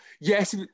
yes